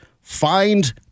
find